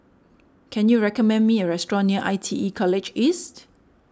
can you recommend me a restaurant near I T E College East